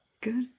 Good